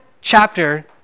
chapter